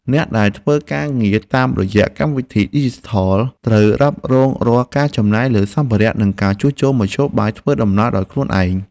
អ្នកដែលធ្វើការងារតាមរយៈកម្មវិធីឌីជីថលត្រូវរ៉ាប់រងរាល់ការចំណាយលើសម្ភារៈ និងការជួសជុលមធ្យោបាយធ្វើដំណើរដោយខ្លួនឯង។